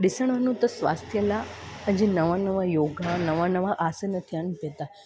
ॾिसणु वञू त स्वास्थ्य लाइ अॼु नओं नओं योगा नवां नवां आसन थियनि पिए था